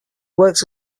worked